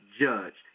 judged